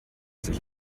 sich